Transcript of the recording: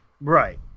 Right